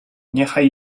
niechaj